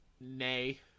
Nay